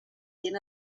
bien